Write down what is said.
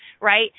Right